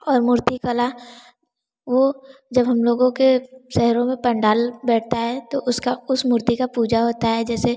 और मूर्ति कला वह जब हम लोगों के शहरों में पंडाल बैठता है तो उसका उस मूर्ति का पूजा होता है जैसे